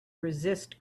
resist